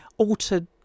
altered